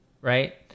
right